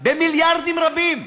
במיליארדים רבים.